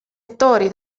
attori